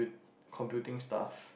computing stuff